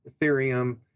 Ethereum